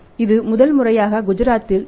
இது முதல் முறையாக குஜராத்தில் திரு